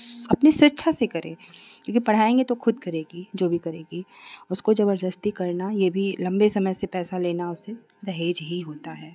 अपनी स्वेच्छा से करे क्योंकि पढ़ाएँगे तो खुद करेगी जो भी करेगी उसको ज़बरदस्ती करना यह भी लम्बे समय से पैसा लेना उससे दहेज ही होता है